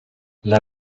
las